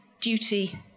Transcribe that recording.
duty